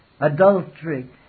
adultery